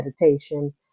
meditation